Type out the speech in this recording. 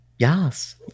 Yes